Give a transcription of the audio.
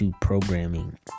programming